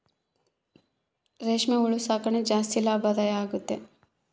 ರೇಷ್ಮೆ ಹುಳು ಸಾಕಣೆ ಜಾಸ್ತಿ ಲಾಭದಾಯ ಆಗೈತೆ